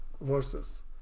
verses